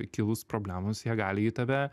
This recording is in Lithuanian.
kilus problemoms jie gali į tave